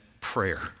prayer